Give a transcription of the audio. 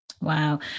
Wow